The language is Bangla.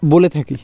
বলে থাকি